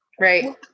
right